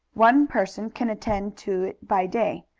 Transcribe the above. one person can attend to it by day.